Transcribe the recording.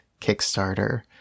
Kickstarter